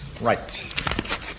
Right